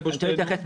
לבושתנו.